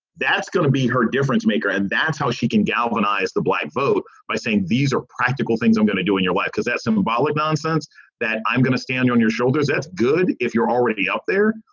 that's going to be her difference maker. and that's how she can galvanize the black vote by saying these are practical things i'm going to do in your life, because that's symbolic nonsense that i'm going to stand on your shoulders. that's good if you're already up there.